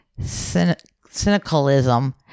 cynicalism